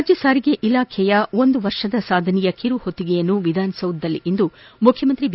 ರಾಜ್ಯ ಸಾರಿಗೆ ಇಲಾಖೆಯ ಒಂದು ವರ್ಷದ ಸಾದನೆಯ ಕಿರುಹೊತ್ತಿಗೆಯನ್ನು ವಿಧಾನಸೌಧದಲ್ಲಿಂದು ಮುಖ್ಯಮಂತ್ರಿ ಬಿ